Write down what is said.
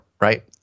right